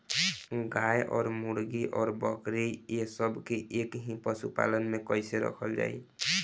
गाय और मुर्गी और बकरी ये सब के एक ही पशुपालन में कइसे रखल जाई?